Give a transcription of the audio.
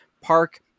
park